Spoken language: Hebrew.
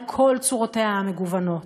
על כל צורותיה המגוונות.